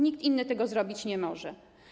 Nikt inny tego zrobić nie może.